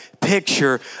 picture